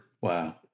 Wow